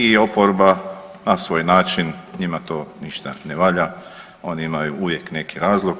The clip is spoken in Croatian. I oporba na svoj način, njima to ništa ne valja, oni imaju uvijek neki razlog.